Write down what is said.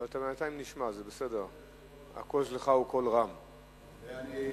אדוני היושב-ראש, חברי,